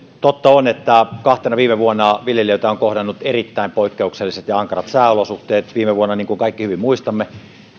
totta on että kahtena viime vuonna viljelijöitä ovat kohdanneet erittäin poikkeukselliset ja ankarat sääolosuhteet viime vuonna niin kuin kaikki hyvin muistamme